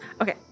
Okay